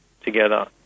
together